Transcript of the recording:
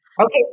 Okay